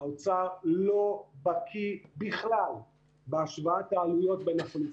האוצר לא בקי בכלל בהשוואת העלויות בין החלופות.